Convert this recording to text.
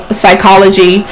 psychology